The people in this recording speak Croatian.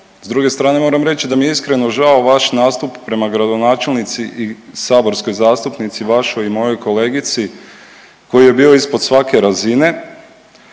S druge strane moram reći da mi je iskreno žao vaš nastup prema gradonačelnici i saborskoj zastupnici vašoj i mojoj kolegici koji je bio ispod svake razine